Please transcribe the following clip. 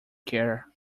care